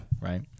Right